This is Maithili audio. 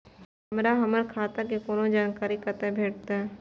हमरा हमर खाता के कोनो जानकारी कतै भेटतै?